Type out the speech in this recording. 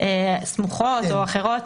סמוכות או אחרות.